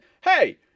Hey